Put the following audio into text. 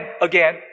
again